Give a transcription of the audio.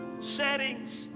settings